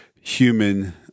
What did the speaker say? human